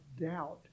doubt